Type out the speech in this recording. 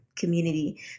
community